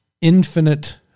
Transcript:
infinite